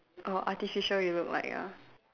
err artificial you look like ah